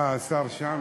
אה, השר שם,